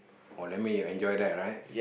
or that mean you enjoy that right